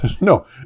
no